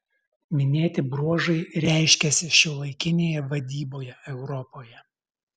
minėti bruožai reiškiasi šiuolaikinėje vadyboje europoje